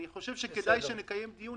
אני חושב שכדאי שנקיים דיון,